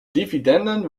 dividenden